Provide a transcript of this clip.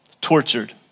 tortured